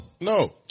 No